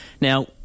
Now